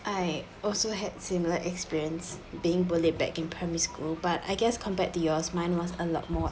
I also had similar experience being bullied back in primary school but I guess compared to yours mine was a lot more